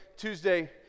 Tuesday